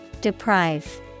Deprive